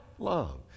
Love